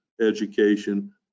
education